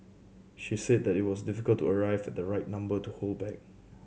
she said that it was difficult to arrive at the right number to hold back